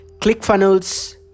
ClickFunnels